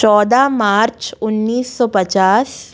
चौदह मार्च उन्नीस सौ पचास